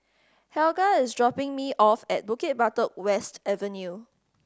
Helga is dropping me off at Bukit Batok West Avenue